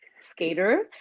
skater